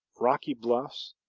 rocky bluffs,